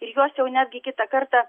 ir juos jau netgi kitą kartą